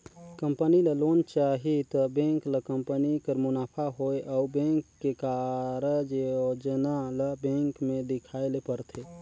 company ल loan चाही त बेंक ल कंपनी कर मुनाफा होए अउ बेंक के कारज योजना ल बेंक में देखाए ले परथे